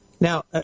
Now